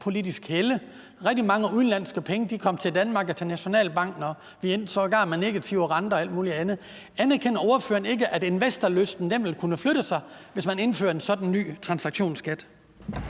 finanspolitisk helle. Rigtig mange udenlandske penge kom til Danmark og til Nationalbanken, og vi endte sågar med negative renter og alt muligt andet. Anerkender ordføreren ikke, at investorlysten ville kunne flytte sig, hvis man indførte en sådan ny transaktionsskat?